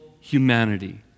humanity